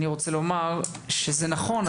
אני רוצה לומר שזה נכון,